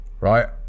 right